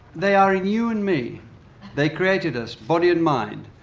they are in you and me they created us, body and mind,